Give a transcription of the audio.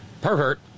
pervert